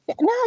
No